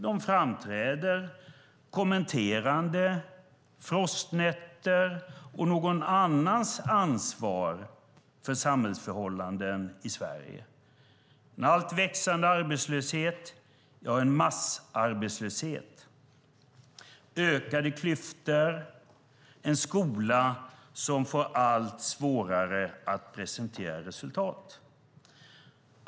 De framträder kommenterande frostnätter och någon annans ansvar för samhällsförhållanden i Sverige: en allt växande arbetslöshet - vi har en massarbetslöshet - ökade klyftor och en skola som får allt svårare att presentera resultat.